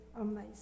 amazing